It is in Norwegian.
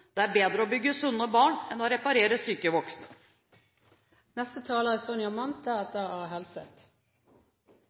Det er bedre å bygge sunne barn enn å reparere syke voksne. Som vi har hørt i debatten her, er